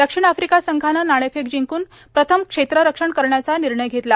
दक्षिण आफ्रिका संघानं नाणेफेक जिंकून प्रथम क्षेत्ररक्षण करण्याचं निर्णय घेतला